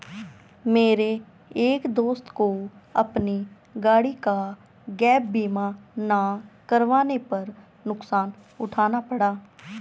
मेरे एक दोस्त को अपनी गाड़ी का गैप बीमा ना करवाने पर नुकसान उठाना पड़ा